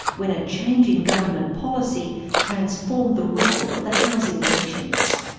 when a change in government policy transformed the role of the housing commissions.